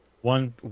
one